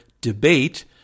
DEBATE